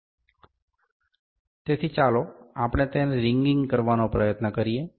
તેથી ચાલો આપણે તેમને રીંગિંગ કરવાનો પ્રયત્ન કરીએ